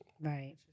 right